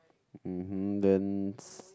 mmhmm then